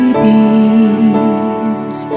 beams